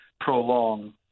prolong